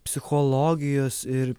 psichologijos ir